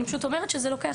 אני פשוט אומרת שזה לוקח זמן.